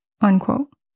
Unquote